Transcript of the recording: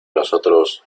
nosotros